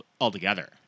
altogether